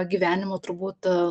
gyvenimo turbūt